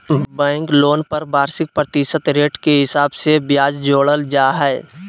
bank loan पर वार्षिक प्रतिशत रेट के हिसाब से ब्याज जोड़ल जा हय